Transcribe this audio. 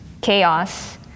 chaos